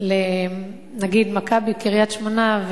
נגיד ל"מכבי קריית-שמונה",